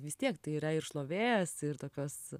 vis tiek tai yra ir šlovės ir tokios